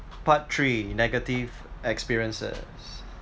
part three negative experiences